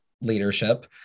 leadership